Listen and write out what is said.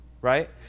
right